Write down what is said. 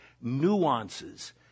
nuances